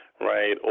right